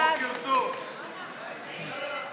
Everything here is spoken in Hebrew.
ההסתייגות לחלופין (א) של קבוצת סיעת מרצ,